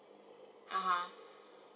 (uh huh)